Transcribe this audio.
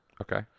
Okay